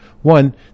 One